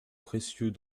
précieux